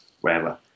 wherever